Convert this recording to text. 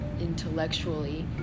intellectually